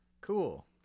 Cool